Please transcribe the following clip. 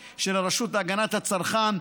היועצת המשפטית של הרשות להגנת הצרכן,